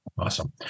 Awesome